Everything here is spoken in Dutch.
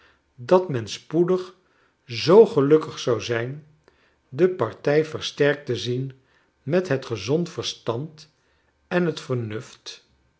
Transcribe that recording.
dat men spoedig zoo gelukkig zou zijn de partij versterkt te zien met het gezond verstand en het vernuft